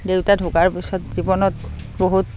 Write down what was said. দেউতা ঢুকোৱাৰ পিছত জীৱনত বহুত